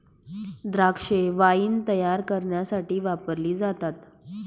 द्राक्षे वाईन तायार करण्यासाठी वापरली जातात